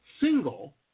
single